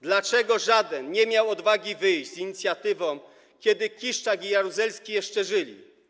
Dlaczego żaden nie miał odwagi wyjść z taką inicjatywą, kiedy Kiszczak i Jaruzelski jeszcze żyli?